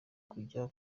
kujya